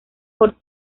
por